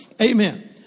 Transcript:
Amen